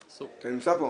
אתה נמצא פה.